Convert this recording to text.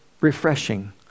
refreshing